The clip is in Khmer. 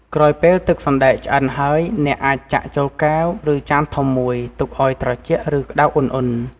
ក្រោយពេលទឹកសណ្ដែកឆ្អិនហើយ អ្នកអាចចាក់ចូលកែវ ឬចានធំមួយ ទុកឱ្យត្រជាក់ ឬក្តៅឧណ្ហៗ។